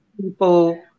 people